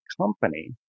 company